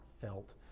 felt